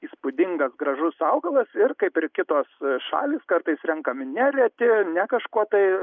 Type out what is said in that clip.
įspūdingas gražus augalas ir kaip ir kitos šalys kartais renkami ne reti ne kažkuo tai